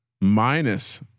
minus